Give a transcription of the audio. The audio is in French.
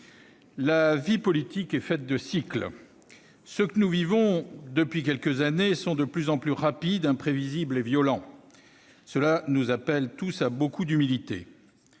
la vie politique est faite de cycles. Ceux que nous vivons depuis quelques années sont de plus en plus rapides, imprévisibles et violents. Voilà qui nous appelle tous à une grande humilité.